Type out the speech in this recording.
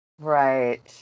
Right